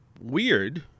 weird